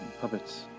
Puppets